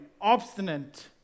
obstinate